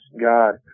God